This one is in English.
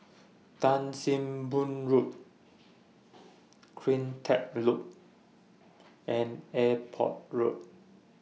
Tan SIM Boh Road CleanTech Loop and Airport Road